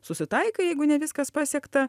susitaikai jeigu ne viskas pasiekta